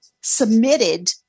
submitted